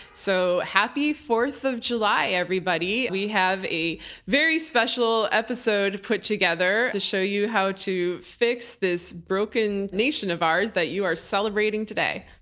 so, happy fourth of july, everybody. we have a very special episode put together to show you how to fix this broken nation of ours that you are celebrating today.